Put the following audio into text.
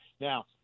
Now